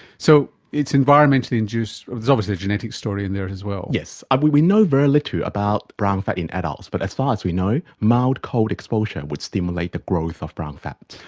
so it's environmentally induced, there's obviously a genetic story in there as well. yes. um we we know very little about brown fat in adults, but as far as we know, mild cold exposure would stimulate the growth of brown fat.